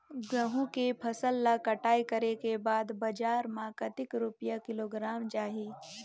गंहू के फसल ला कटाई करे के बाद बजार मा कतेक रुपिया किलोग्राम जाही?